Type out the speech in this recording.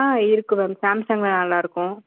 ஆ இருக்குது மேம் சாம்சங்கில் நல்லாயிருக்கும்